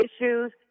issues